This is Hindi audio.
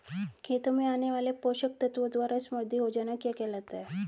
खेतों में आने वाले पोषक तत्वों द्वारा समृद्धि हो जाना क्या कहलाता है?